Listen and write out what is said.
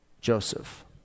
Joseph